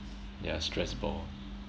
yeah stress ball